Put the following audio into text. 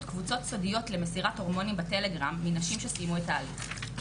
קבוצות סודיות למסירת הורמונים בטלגרם מנשים שסיימו את ההליך.